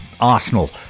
Arsenal